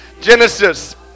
Genesis